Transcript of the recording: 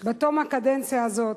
בתום הקדנציה הזאת,